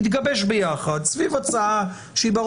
משרד הבריאות טען את הטענה הזאת כמעט